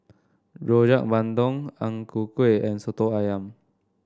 Rojak Bandung Ang Ku Kueh and Soto ayam